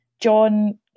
John